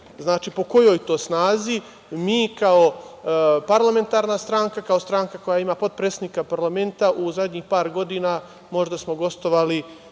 znači, po kojoj to snazi mi kao parlamentarna stranka koja ima potpredsednika parlamenta u zadnjih par godina, možda smo gostovali